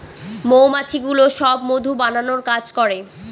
মৌমাছিগুলো সব মধু বানানোর কাজ করে